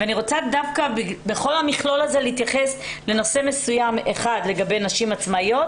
אני רוצה בכל המכלול הזה להתייחס לנושא מסוים אחד לגבי נשים עצמאיות,